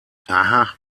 aha